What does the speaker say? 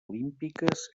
olímpiques